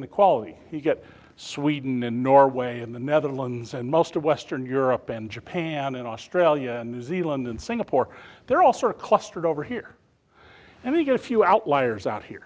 inequality you get sweden and norway in the netherlands and most of western europe and japan and australia and new zealand and singapore they're all sort of clustered over here and we get a few outliers out here